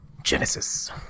genesis